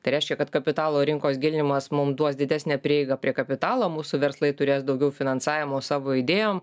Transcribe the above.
tai reiškia kad kapitalo rinkos gilinimas mum duos didesnę prieigą prie kapitalo mūsų verslai turės daugiau finansavimo savo idėjom